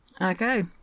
Okay